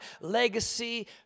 legacy